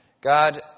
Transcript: God